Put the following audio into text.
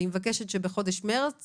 אני מבקשת שבחודש מרס